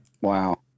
Wow